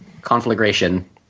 conflagration